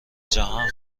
جهان